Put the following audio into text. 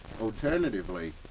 Alternatively